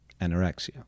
anorexia